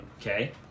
Okay